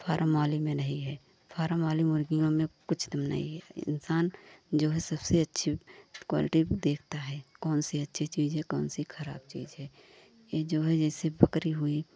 form वाली नहीं है फारम वाली में मुर्गियों में कुछ दम नहीं है इंसान जो है सबसे अच्छी कोल्टी को देखता है कौन सबसे अच्छी चीज़ है कौन सी ख़राब चीज़ है यह जो है जैसे बकरी हुई